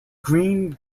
greene